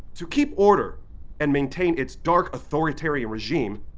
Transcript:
to keep order and maintain its dark authoritarian regime,